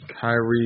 Kyrie